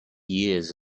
years